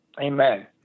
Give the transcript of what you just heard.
amen